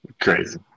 Crazy